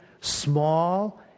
small